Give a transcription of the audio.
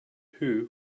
who